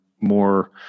more